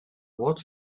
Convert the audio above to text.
what